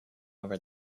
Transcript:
over